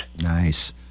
nice